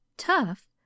tough